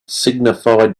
signified